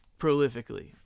prolifically